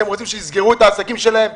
אתם רוצים שיסגרו את העסקים שלהם?